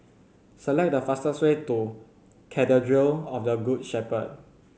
select the fastest way to Cathedral of the Good Shepherd